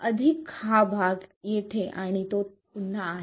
अधिक हा भाग येथे आणि तो पुन्हा आहे